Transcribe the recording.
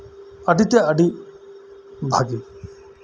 ᱟᱹᱰᱤ ᱛᱮ ᱟᱹᱰᱤ ᱵᱷᱟᱹᱜᱮ